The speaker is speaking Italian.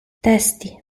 testi